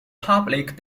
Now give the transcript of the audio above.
public